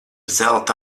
zelta